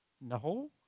No